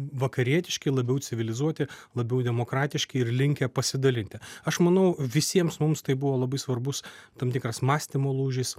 vakarietiški labiau civilizuoti labiau demokratiški ir linkę pasidalinti aš manau visiems mums tai buvo labai svarbus tam tikras mąstymo lūžis